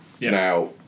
now